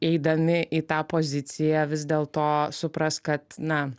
eidami į tą poziciją vis dėlto supras kad na